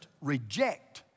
reject